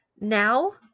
Now